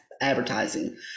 advertising